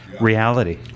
reality